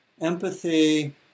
empathy